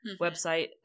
website